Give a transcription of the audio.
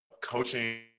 coaching